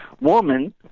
woman